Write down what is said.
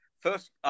First